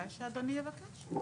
מתי שאדוני יבקש.